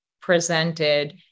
presented